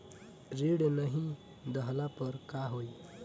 ऋण नही दहला पर का होइ?